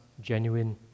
genuine